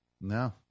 No